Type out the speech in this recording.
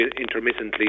intermittently